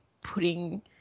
putting